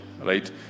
right